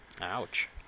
Ouch